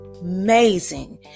amazing